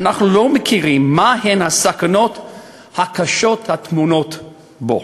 אנחנו לא יודעים מהן הסכנות הקשות הטמונות בו.